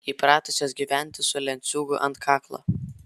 įpratusios gyventi su lenciūgu ant kaklo